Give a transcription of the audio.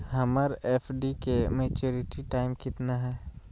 हमर एफ.डी के maturity time कितना है?